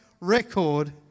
record